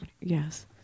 Yes